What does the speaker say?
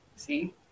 See